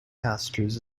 pastures